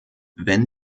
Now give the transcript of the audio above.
wenn